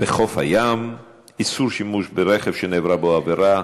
בחוף הים (איסור שימוש ברכב שנעברה בו עבירה),